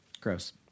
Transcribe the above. Gross